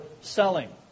selling